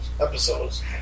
episodes